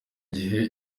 gihe